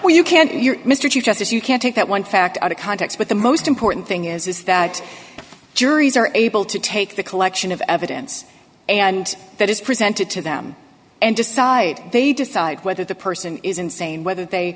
know you can't you're mr chief justice you can't take that one fact out of context but the most important thing is that juries are able to take the collection of evidence and that is presented to them and decide they decide whether the person is insane whether they